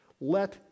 Let